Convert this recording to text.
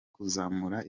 kuzamura